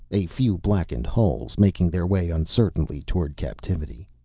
a few blackened hulks, making their way uncertainly toward captivity.